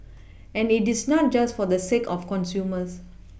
and it is not just for the sake of consumers